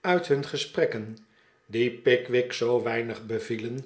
uit hun gesprekken die pickwick zoo weinig bevielen